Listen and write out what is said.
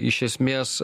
iš esmės